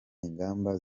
ingamba